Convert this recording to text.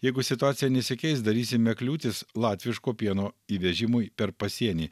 jeigu situacija nesikeis darysime kliūtis latviško pieno įvežimui per pasienį